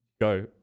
Go